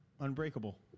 Unbreakable